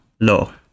law